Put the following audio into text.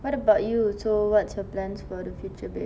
what about you so what's your plans for the future babe